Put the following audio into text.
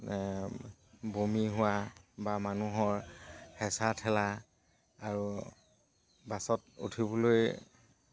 বমি হোৱা বা মানুহৰ হেঁচা ঠেলা আৰু বাছত উঠিবলৈ